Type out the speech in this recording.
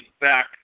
back